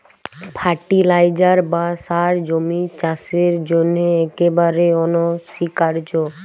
fertiliser বা সার জমির চাসের জন্হে একেবারে অনসীকার্য